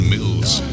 Mills